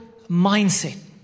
mindset